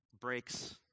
breaks